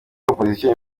opposition